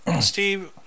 Steve